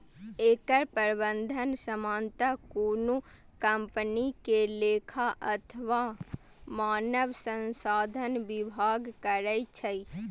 एकर प्रबंधन सामान्यतः कोनो कंपनी के लेखा अथवा मानव संसाधन विभाग करै छै